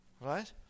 right